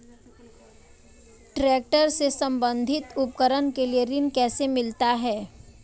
Tractor से संबंधित उपकरण के लिए ऋण कैसे मिलता है?